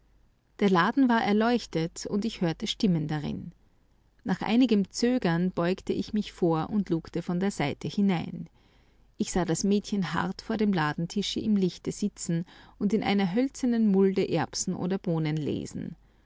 der laden war erleuchtet und ich hörte stimmen darin nach einigem zögern beugte ich mich vor und lugte von der seite hinein ich sah das mädchen hart vor dem ladentische am lichte sitzen und in einer hölzernen mulde erbsen oder bohnen lesen